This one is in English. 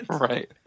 Right